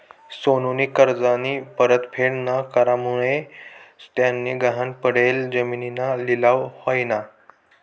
सोनूनी कर्जनी परतफेड ना करामुये त्यानी गहाण पडेल जिमीनना लिलाव व्हयना